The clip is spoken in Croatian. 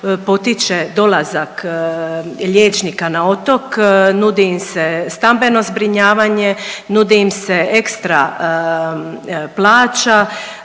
potiče dolazak liječnika na otok, nudi im se stambeno zbrinjavanje, nudi im se ekstra plaća,